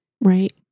Right